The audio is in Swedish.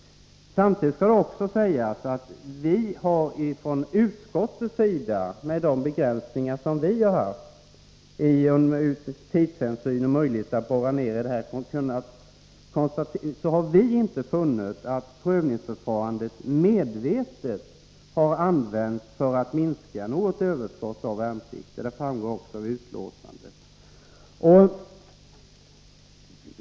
Samtidigt skall det också sägas att vi från utskottets sida, med de begränsningar som vi har haft, bl.a. av tidshänsyn; inte har funnit att prövningsförfarandet medvetet har använts för att minska något överskott av värnpliktiga. Detta framgår också av betänkandet.